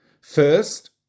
First